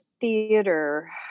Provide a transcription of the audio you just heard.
theater